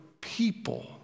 people